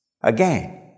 again